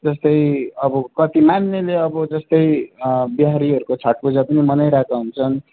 जस्तै अब कति मान्नेले अब जस्तै बिहारीहरूको छट पूजा पनि मनाइरहेका हुन्छन्